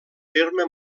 terme